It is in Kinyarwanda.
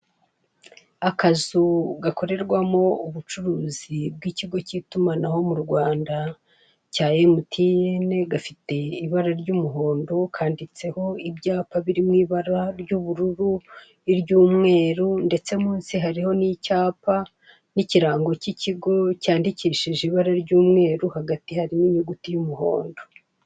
Akazu gakorerwamo ubucuruzi bw’ikigo cy’itumanaho mu Rwanda cya MTN gafite ibara ry’umuhondo kanditseho ibyapa birimo ibara ry’ubururu, iryumweru ndetse munsi hariho n’icyapa n’icyirango cy’ikigo cyandikishije ibara ry’umweru hagati harimo inyuguti y’umuhondo.